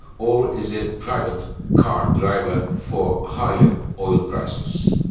or as a private car driver, for higher oil prices.